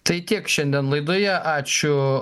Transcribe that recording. tai tiek šiandien laidoje ačiū